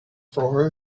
for